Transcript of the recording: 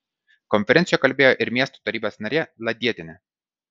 konferencijoje kalbėjo ir miesto tarybos narė ladietienė